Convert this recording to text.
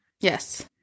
Yes